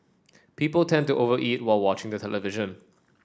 people tend to over eat while watching the television